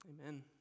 Amen